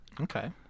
Okay